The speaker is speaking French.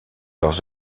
leurs